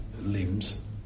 limbs